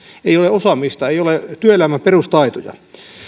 ei ole osaamista ei ole työelämän perustaitoja